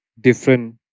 different